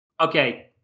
Okay